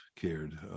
cared